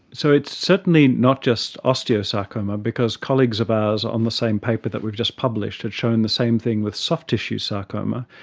so it's certainly not just osteosarcoma, because colleagues of ours on the same paper that we've just published had shown the same thing with soft tissue sarcoma,